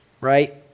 right